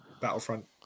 Battlefront